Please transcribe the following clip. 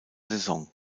saison